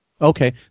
okay